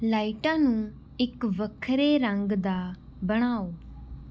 ਲਾਈਟਾਂ ਨੂੰ ਇੱਕ ਵੱਖਰੇ ਰੰਗ ਦਾ ਬਣਾਓ